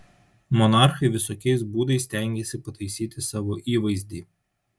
monarchai visokiais būdais stengėsi pataisyti savo įvaizdį